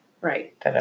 Right